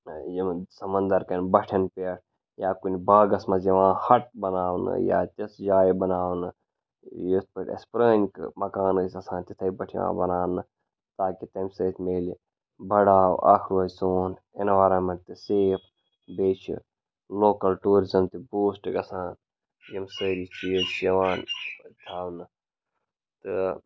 یِم سَمنٛدر کَٮ۪ن بَٹھٮ۪ن پٮ۪ٹھ یا کُنہِ باغَس منٛز یِوان ہَٹ بَناونہٕ یا تِژھ جایہِ بَناونہٕ یِتھ پٲٹھۍ اَسہِ پرٲنۍ مکان ٲسۍ آسان تِتھَے پٲٹھۍ یِوان بَناونہٕ تاکہِ تَمہِ سۭتۍ میلہِ بَڑاو اَکھ روزِ سون اٮ۪نوارَمٮ۪نٛٹ تہِ سیف بیٚیہِ چھِ لوکَل ٹوٗرِزٕم تہِ بوٗسٹہٕ گژھان یِم سٲری چیٖز چھِ یِوان تھاونہٕ تہٕ